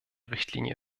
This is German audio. richtlinie